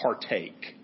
partake